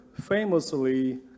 famously